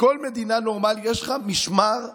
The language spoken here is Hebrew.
בכל מדינה נורמלית יש לך משמר לאומי,